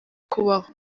kubaho